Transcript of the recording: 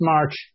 March